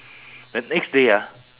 the next day ah